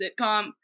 sitcom